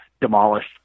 demolished